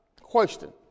Question